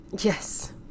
Yes